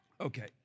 Okay